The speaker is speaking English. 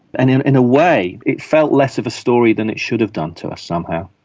and in in a way it felt less of a story than it should have done to us somehow.